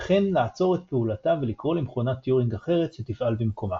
וכן לעצור את פעולתה ולקרוא למכונת טיורינג אחרת שתפעל במקומה.